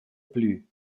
plü